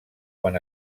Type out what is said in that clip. quan